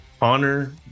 honor